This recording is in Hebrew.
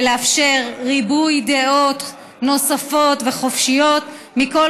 לאפשר ריבוי דעות נוספות וחופשיות מכל